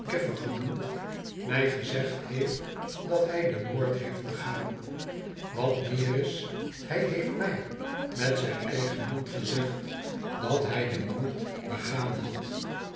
genoemd mij gezegd heeft dat hij den moord heeft begaan wat meer is hij heeft mij met zijn eigen mond gezegd dat hij den moord begaan had